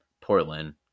Portland